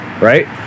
right